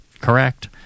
correct